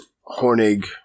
Hornig